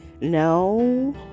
no